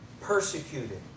persecuted